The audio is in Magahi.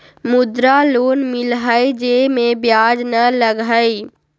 मुद्रा लोन मिलहई जे में ब्याज न लगहई?